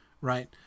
right